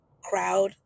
crowd